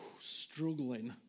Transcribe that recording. struggling